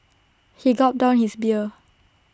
he gulped down his beer